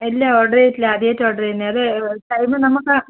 ഇല്ല ഓർഡർ ചെയ്തിട്ടില്ല ആദ്യമായിട്ടാണ് ഓർഡർ ചെയ്യുന്നത് അത് ടൈം നമുക്ക്